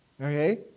okay